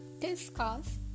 discuss